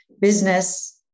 business